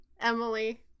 Emily